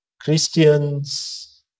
Christians